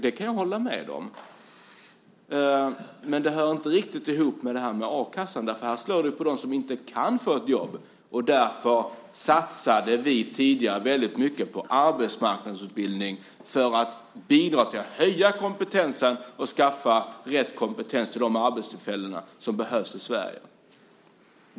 Det kan jag hålla med om, men det hör inte riktigt ihop med a-kassan. Det slår ju mot dem som inte kan få ett jobb. Därför satsade vi tidigare mycket på arbetsmarknadsutbildning för att bidra till att höja kompetensen och skaffa rätt kompetens till den arbetskraft som behövs i Sverige.